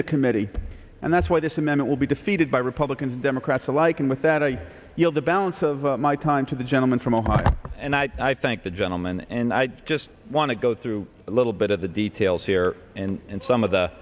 the committee and that's why this amend it will be defeated by republicans and democrats alike and with that i yield the balance of my time to the gentleman from ohio and i i thank the gentleman and i just want to go through a little bit of the details here and some of the